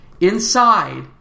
inside